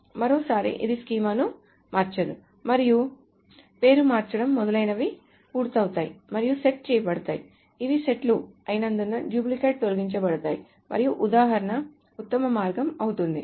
కాబట్టి మరోసారి ఇది స్కీమాను మార్చదు మరియు పేరు మార్చడం మొదలైనవి పూర్తవుతాయి మరియు సెట్ చేయబడతాయి ఇవి సెట్లు అయినందున డుప్లికేట్లు తొలగించబడతాయి మరియు ఉదాహరణ ఉత్తమ మార్గం అవుతుంది